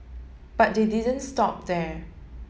but they didn't stop there